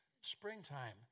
springtime